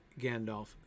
Gandalf